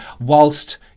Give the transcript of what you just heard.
whilst